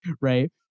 right